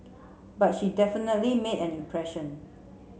but she definitely made an impression